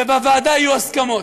ובוועדה יהיו הסכמות.